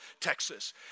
Texas